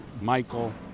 Michael